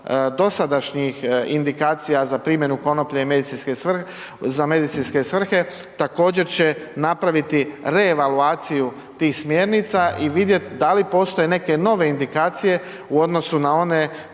dosadašnjih indikacija za primjenu konoplje za medicinske svrhe također će napraviti revalvaciju tih smjernica i vidjet da li postoje neke nove indikacije u odnosu na one